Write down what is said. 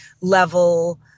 level